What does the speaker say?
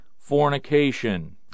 fornication